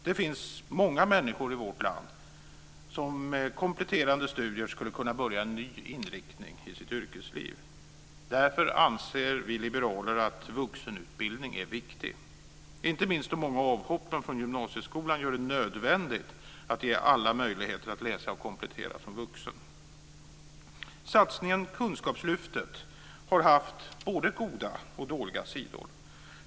Det finns många människor i vårt land som med kompletterande studier skulle kunna börja en ny inriktning i sitt yrkesliv. Därför anser vi liberaler att vuxenutbildning är viktigt. Inte minst de många avhoppen från gymnasieskolan gör det nödvändigt att ge alla möjligheter att som vuxna läsa och komplettera. Satsningen Kunskapslyftet har haft både goda och dåliga sidor.